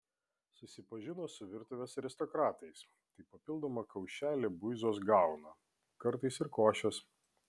susipažino su virtuvės aristokratais tai papildomą kaušelį buizos gauna kartais ir košės